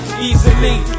easily